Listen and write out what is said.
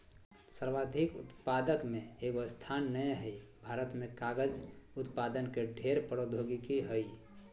सर्वाधिक उत्पादक में एगो स्थान नय हइ, भारत में कागज उत्पादन के ढेर प्रौद्योगिकी हइ